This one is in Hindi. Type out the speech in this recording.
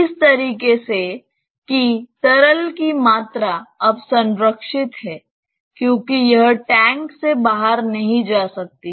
इस तरीके से कि तरल की मात्रा अब संरक्षित है क्योंकि यह टैंक से बाहर नहीं जा सकती है